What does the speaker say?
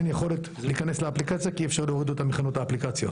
אין יכולת להיכנס לאפליקציה כי אי אפשר להוריד אותה מחנות האפליקציות.